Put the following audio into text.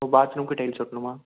ஓ பாத்ரூம்க்கு டைல்ஸ் ஒட்டணுமா